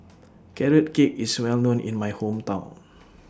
Carrot Cake IS Well known in My Hometown